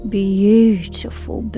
beautiful